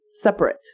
separate